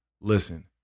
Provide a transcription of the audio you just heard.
listen